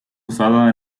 usada